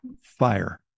fire